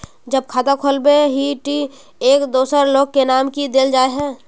जब खाता खोलबे ही टी एक दोसर लोग के नाम की देल जाए है?